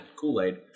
Kool-Aid